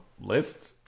list